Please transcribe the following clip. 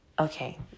Okay